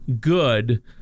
good